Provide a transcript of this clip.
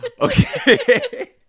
Okay